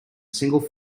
single